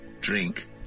drink